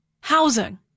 Housing